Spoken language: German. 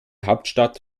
hauptstadt